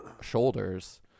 shoulders